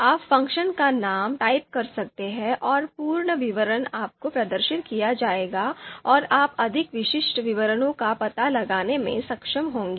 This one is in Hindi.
आप फ़ंक्शन का नाम टाइप कर सकते हैं और पूर्ण विवरण आपको प्रदर्शित किया जाएगा और आप अधिक विशिष्ट विवरणों का पता लगाने में सक्षम होंगे